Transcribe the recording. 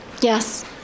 Yes